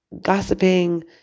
gossiping